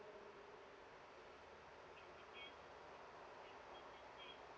oh mm mm mm uh